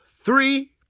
three